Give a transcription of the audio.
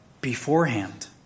beforehand